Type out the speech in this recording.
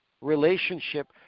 relationship